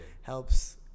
helps